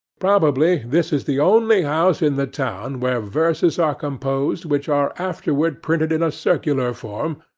probably this is the only house in the town where verses are composed, which are afterward printed in a circular form,